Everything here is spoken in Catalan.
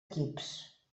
equips